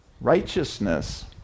righteousness